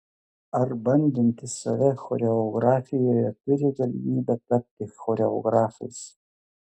ar bandantys save choreografijoje turi galimybę tapti choreografais